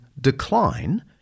decline